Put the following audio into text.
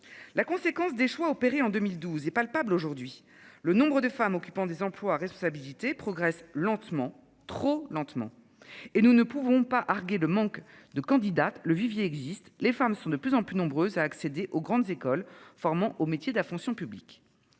La conséquence des choix opérés en 2012 est palpable. Aujourd'hui, le nombre de femmes occupant des emplois responsabilité progresse lentement, trop lentement et nous ne pouvons pas arguer le manque de candidates, le vivier existe, les femmes sont de plus en plus nombreux à accéder aux grandes écoles formant aux métiers de la fonction publique.